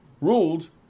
ruled